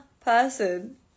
person